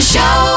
Show